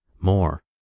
more